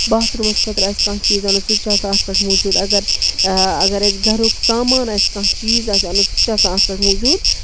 bathrooms خٲطرٕ آسہِ کانٛہہ چیٖز اَنُن سُہ تہِ چھُ آسان اَتھ پٮ۪ٹھ موٗجوٗد اگر اگر اَسہِ گَرُک سامان اَسہِ کانٛہہ چیٖز آسہِ اَنُن سُتہِ چھُ آسان اَتھ پٮ۪ٹھ موٗجوٗد